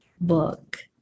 book